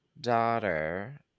daughter